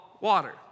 water